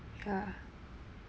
ya